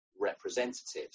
representatives